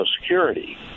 Security